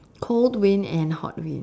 cold wind and hot wind